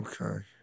Okay